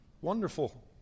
Wonderful